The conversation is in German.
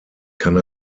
kann